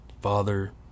father